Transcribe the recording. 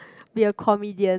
be a comedian